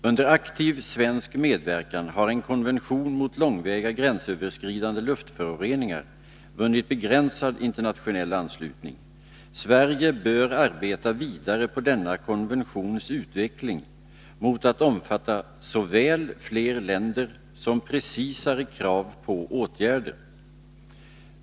Under aktiv svensk medverkan har en konvention mot långväga gränsöverskridande luftföroreningar vunnit begränsad internationell anslutning. Sverige bör arbeta vidare på denna konventions utveckling mot att omfatta såväl fler länder som precisare krav på åtgärder.